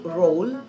role